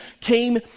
came